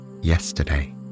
yesterday